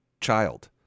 child